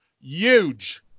huge